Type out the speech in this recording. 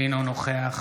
אינו נוכח